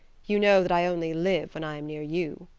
you know that i only live when i am near you.